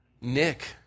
Nick